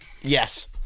Yes